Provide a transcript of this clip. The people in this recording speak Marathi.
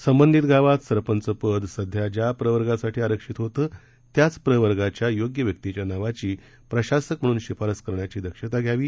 संबंधित गावात सरपंचपद सध्या ज्या प्रवर्गासाठी आरक्षित होते त्याच प्रवर्गाच्या योग्य व्यक्तीच्या नावाची प्रशासक म्हणून शिफारस करण्याची दक्षता घ्यावी